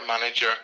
manager